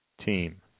team